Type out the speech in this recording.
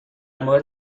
مورد